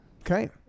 Okay